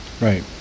right